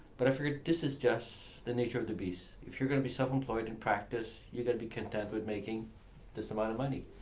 but i figured, this is just the nature of the beast. if you're gonna be self-employed in practice, you're gonna be content with making this amount of money.